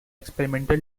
experimental